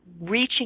reaching